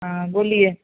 हाँ बोलिए